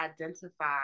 identify